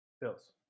Bills